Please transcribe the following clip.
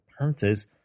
Panthers